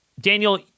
Daniel